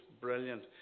brilliant